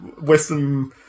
Western